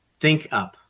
ThinkUp